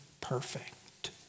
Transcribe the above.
perfect